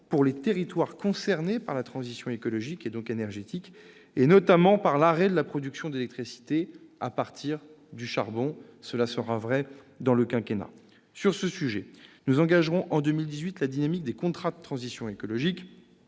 pour les territoires concernés par la transition écologique, et donc énergétique, et notamment par l'arrêt de la production d'électricité à partir de charbon, qui aura lieu pendant le quinquennat. À ce titre, nous engagerons, en 2018, la dynamique des contrats de transition écologique